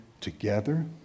together